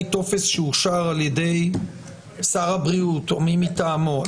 טופס שאושר על-ידי שר הבריאות או מי מטעמו.